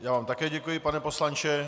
Já vám také děkuji, pane poslanče.